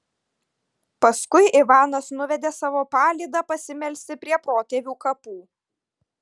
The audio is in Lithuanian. paskui ivanas nuvedė savo palydą pasimelsti prie protėvių kapų